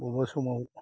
मबेबा समाव